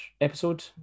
episode